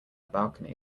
balcony